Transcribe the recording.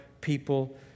people